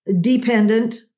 dependent